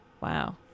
Wow